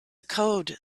code